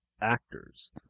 actors